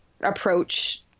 approach